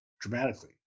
dramatically